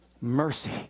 mercy